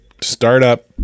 startup